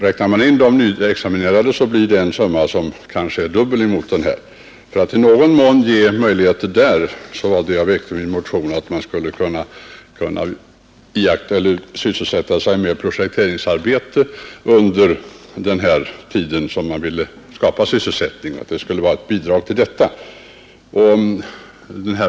Räknar man in de nyexaminerade, blir antalet arbetslösa kanske dubbelt så stort. För att i någon mån ge möjligheter att sysselsätta dessa med projekteringsarbete under den tid man ville skapa sysselsättning väckte jag min motion.